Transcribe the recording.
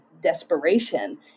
desperation